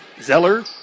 Zeller